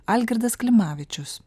algirdas klimavičius